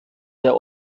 der